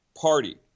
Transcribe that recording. party